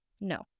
No